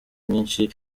myinshi